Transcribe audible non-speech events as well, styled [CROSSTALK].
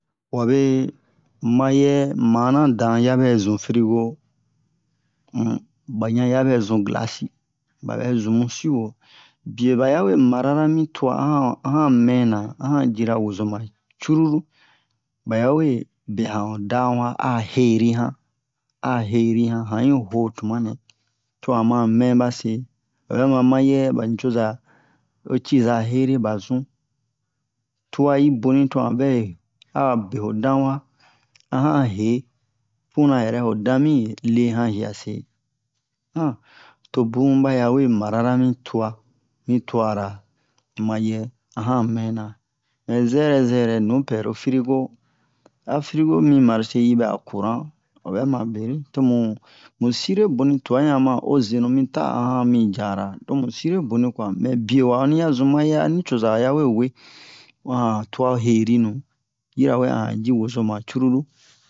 wabe wayɛ manadan yabɛ zun frigo um bayan yabɛ zun glace si babɛ zumu sio bie bayawe mara rami tua ayan ayan mɛna ayan jira wozoma cruru bayawe be'an ho danwa a herihan a herihan han'i ho tumanɛ to hanma mɛba se obɛma mayɛ banicoza o ciza ere bazun tua'i boni tohan vɛ abe'o danwa a han he puna yɛrɛ ho dan mi le han hiase [HESITATION] tobun bayawe marara mi tua mi tuara mayɛ ahan mɛna mɛ zɛrɛ zɛrɛ nupɛro frigo a frigo mi marcher yibɛ'a courant obɛma mubere tomu sire boni tua han ma o zenu mita ahan mi jara tomu sire boni kwa mɛ bie wa onni ya zun mayɛ a nicoza hawe we oyan tua heninu yirawe a han ji wozoma cruru